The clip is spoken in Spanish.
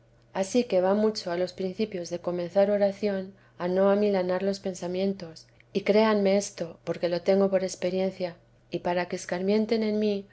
ansí que va mucho a los principios de comenzar oración a no amilanar los pensamientos y créanme esto porque lo tengo por experiencia y para que escarmienten en mí